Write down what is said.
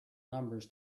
numbers